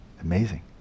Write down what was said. Amazing